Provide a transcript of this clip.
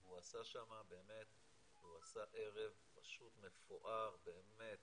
הוא עשה שם באמת ערב פשוט מפואר באמת,